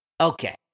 Okay